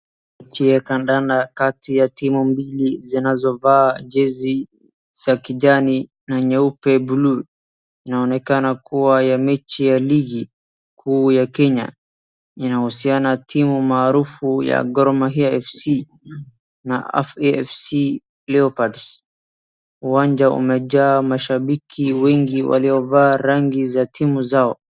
Mchezo wa kandada kati ya timu mbili zinazovaa jezi za kijani na nyeupe buluu. Inaoneka kuwa ya mechi ya ligi kuu ya Kenya. Inahusiana timu maarufu ya Gor Mahia FC na AFC Leopards. Uwanja umejaa mashambiki wengi waliovaa rangi za timu zao.